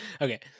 Okay